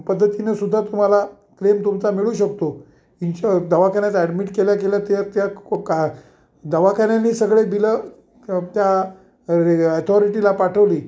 पद्धतीनं सुद्धा तुम्हाला क्लेम तुमचा मिळू शकतो इनशु दवाखान्यात ॲडमिट केल्या केल्या ते त्या को का दवाखान्यानी सगळे बिलं त्या रे ॲथॉरिटीला पाठवली